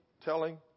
telling